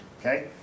Okay